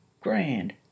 grand